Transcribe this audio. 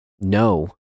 no